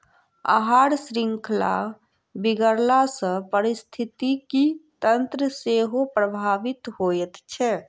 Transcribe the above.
आहार शृंखला बिगड़ला सॅ पारिस्थितिकी तंत्र सेहो प्रभावित होइत छै